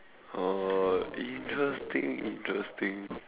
oh interesting interesting